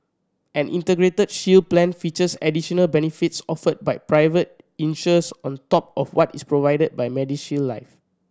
an Integrated Shield Plan features additional benefits offered by private insurers on top of what is provided by Medi Shield Life